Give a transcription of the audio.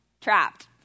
trapped